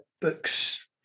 books